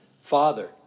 Father